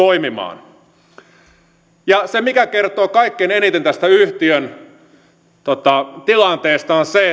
toimimaan se mikä kertoo kaikkein eniten tästä yhtiön tilanteesta on se